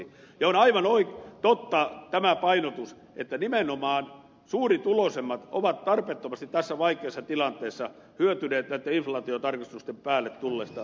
ja on aivan totta tämä painotus että nimenomaan suurituloisimmat ovat tarpeettomasti tässä vaikeassa tilanteessa hyötyneet näitten inflaatiotarkistusten päälle tulleista veronkevennyksistä